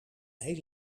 heel